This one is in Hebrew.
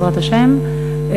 בעזרת השם,